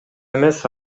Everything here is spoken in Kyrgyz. эмес